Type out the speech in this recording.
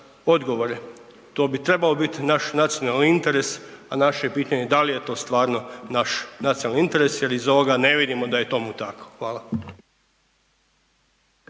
odgovore. To bi trebao bit naš nacionalni interes a naše je pitanje da li je to stvarno naš nacionalni interes jer iz ovoga ne vidimo da je tomu tako. Hvala.